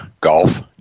golf